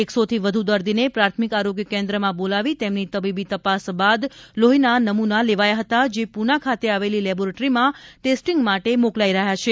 એકસો થી વધુ દર્દીને પ્રાથમિક આરોગ્ય કેન્દ્રમાં બોલાવી તેમની તબીબી તપાસ બાદ લોહીના નમુના લેવાયા હતા જે પુના ખાતે આવેલી લેબોરેટરીમાં ટેસ્ટીંગ માટે મોકલાઇ રહ્યાં છે